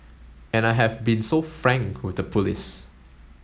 and I have been so frank with the police